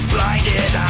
Blinded